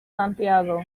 santiago